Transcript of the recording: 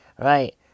right